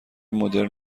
مدرن